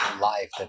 life